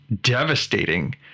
devastating